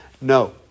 No